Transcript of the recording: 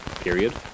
period